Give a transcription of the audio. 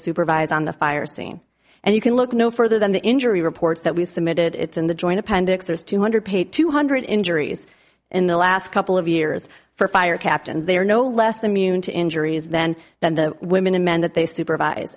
supervise on the fire scene and you can look no further than the injury reports that we've submitted it's in the joint appendix there's two hundred paid two hundred injuries in the last couple of years for fire captains they are no less immune to injuries then than the women and men that they supervise